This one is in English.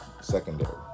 secondary